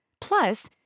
Plus